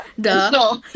duh